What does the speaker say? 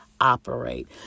operate